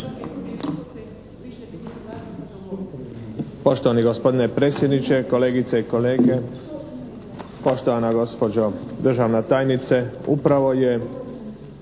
Poštovani gospodine predsjedniče, kolegice i kolege, poštovana gospođo državna tajnice. Upravo je